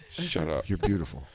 shut up. you're beautiful.